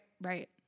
right